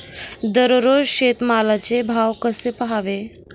दररोज शेतमालाचे भाव कसे पहावे?